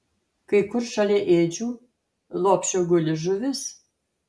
kai kur šalia ėdžių lopšio guli žuvis